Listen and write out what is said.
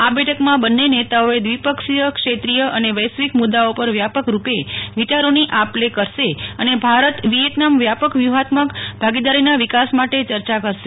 આ બેઠકમા બન્ને નેતાઓએ દવીપક્ષીય ક્ષેત્રીય અને વૈશ્વિક મુદદાઓ પર વ્યાપક રૂપ વિચારોની આપ લે કરશે અને ભારત વિયેતનામ વ્યાપક વ્યુહાત્મક ભાગીદારીના વિકાસ માટે ચર્ચા કરશે